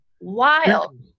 Wild